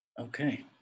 Okay